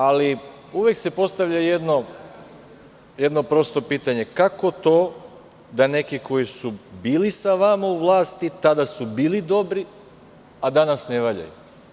Ali, uvek se postavlja jedno prosto pitanje – kako to da neki koji su bili sa vama u vlasti, tada su bili dobri, a danas ne valjaju?